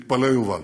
תתפלא, יובל,